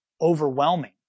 overwhelming